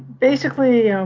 basically,